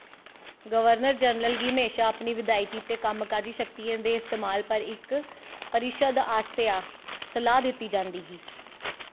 governor general गी म्हेशां अपनी विधायकी ते कम्म काजी शक्तियें दे इस्तमाल पर इक परिशद आसेआ सलाह् दित्ती जांदी ही